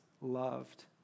loved